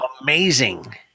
Amazing